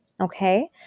Okay